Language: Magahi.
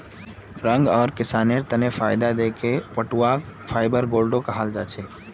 रंग आर किसानेर तने फायदा दखे पटवाक गोल्डन फाइवर कहाल जाछेक